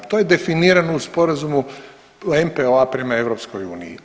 To je definirano u sporazumu NPOO-a prema EU.